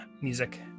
music